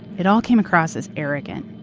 it all came across as arrogant.